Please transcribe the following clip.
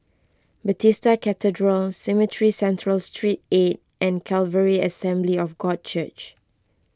Bethesda Cathedral Cemetry Central Street eight and Calvary Assembly of God Church